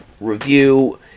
review